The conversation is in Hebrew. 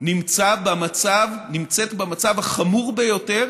נמצאת במצב החמור ביותר